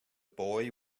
boy